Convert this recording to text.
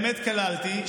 מאז קום המדינה.